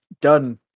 done